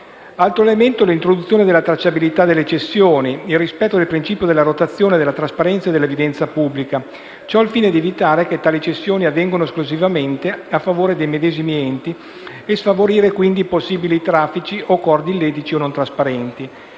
è costituito dall'introduzione della tracciabilità delle cessioni, il rispetto del principio della rotazione, della trasparenza e dell'evidenza pubblica. Ciò al fine di evitare che tali cessioni avvengano esclusivamente a favore dei medesimi enti e sfavorire quindi possibili traffici o accordi illeciti o non trasparenti.